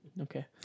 Okay